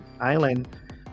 island